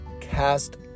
cast